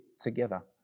together